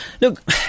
Look